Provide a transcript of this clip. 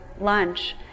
lunch